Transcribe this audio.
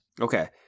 Okay